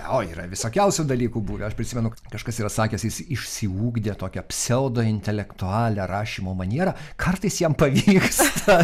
o yra visokiausių dalykų buvę aš prisimenu kažkas yra sakęs jis išsiugdė tokią pseudointelektualią rašymo manierą kartais jam pavyksta